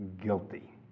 guilty